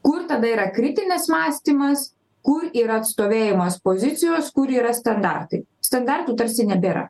kur tada yra kritinis mąstymas kur yra atstovėjimas pozicijos kur yra standartai standartų tarsi nebėra